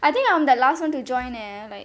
I think I'm the last one to join leh like